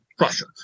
Russia